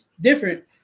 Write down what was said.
different